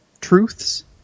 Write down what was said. truths